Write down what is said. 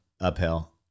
uphill